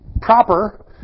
proper